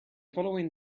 following